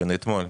ראינו אתמול.